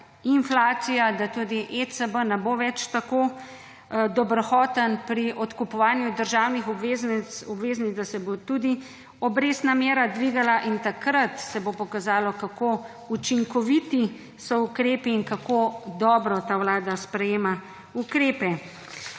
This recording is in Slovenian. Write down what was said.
inflacija, da tudi ECB ne bo več tako dobrohoten pri odkupovanju državnih obveznic, da se bo tudi obrestna mera dvigala. In takrat se bo pokazalo kako učinkoviti so ukrepi in kako dobro ta vlada sprejema ukrepe.